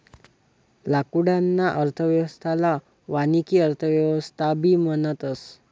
लाकूडना अर्थव्यवस्थाले वानिकी अर्थव्यवस्थाबी म्हणतस